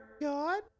God